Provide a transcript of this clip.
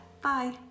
Bye